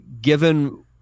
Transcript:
given